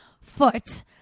foot